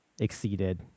exceeded